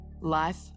Life